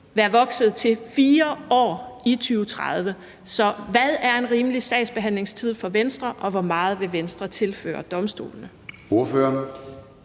være vokset til 4 år i 2030. Så hvad er en rimelig sagsbehandlingstid for Venstre, og hvor meget vil Venstre tilføre domstolene?